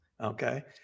okay